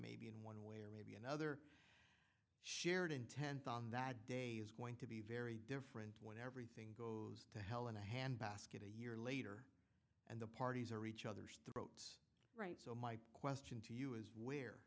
may or may be another shared intent on that day is going to be very different when everything goes to hell in a handbasket a year later and the parties are each other's throat right so my question to you is where